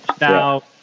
Now